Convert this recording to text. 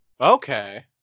okay